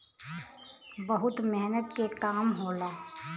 बहुत मेहनत के काम होला